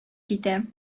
китә